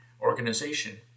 organization